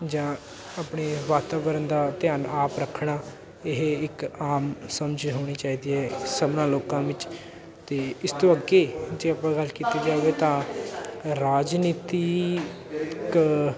ਜਾਂ ਆਪਣੇ ਵਾਤਾਵਰਨ ਦਾ ਧਿਆਨ ਆਪ ਰੱਖਣਾ ਇਹ ਇੱਕ ਆਮ ਸਮਝ ਹੋਣੀ ਚਾਹੀਦੀ ਹੈ ਸਭਨਾਂ ਲੋਕਾਂ ਵਿੱਚ ਅਤੇ ਇਸ ਤੋਂ ਅੱਗੇ ਜੇ ਆਪਾਂ ਗੱਲ ਕੀਤੀ ਜਾਵੇ ਤਾਂ ਰਾਜਨੀਤੀ ਇੱਕ